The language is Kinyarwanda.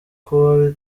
kuba